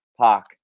Park